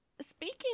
speaking